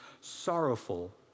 sorrowful